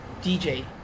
DJ